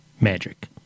magic